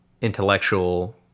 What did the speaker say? intellectual